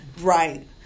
Right